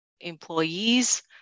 employees